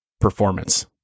performance